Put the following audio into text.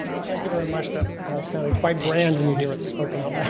thank you very much. that all sounded quite grand when you hear it spoken out